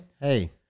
Hey